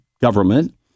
government